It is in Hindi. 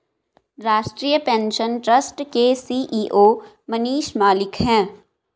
राष्ट्रीय पेंशन ट्रस्ट के सी.ई.ओ मनीष मलिक है